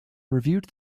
reviewed